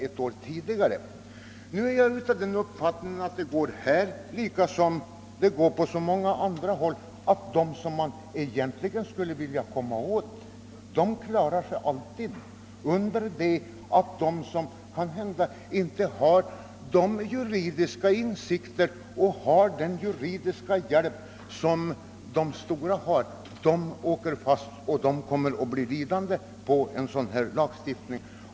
Jag menar att det här liksom på så många andra områden blir så, att de som man egentligen skulle vilja komma åt klarar sig, medan de som kanhända inte har samma juridiska insikter och juridiska hjälp som andra åker fast och blir lidande på lagstiftningen.